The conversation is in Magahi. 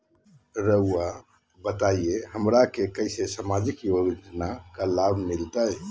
रहुआ बताइए हमरा के कैसे सामाजिक योजना का लाभ मिलते?